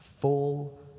full